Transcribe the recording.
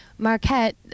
Marquette